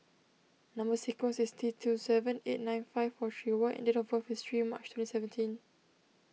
Number Sequence is T two seven eight nine five four three Y and date of birth is three March twenty seventeen